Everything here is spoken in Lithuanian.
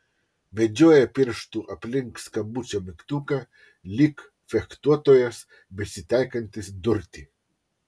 vedžioja pirštu aplink skambučio mygtuką lyg fechtuotojas besitaikantis durti